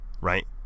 right